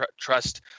trust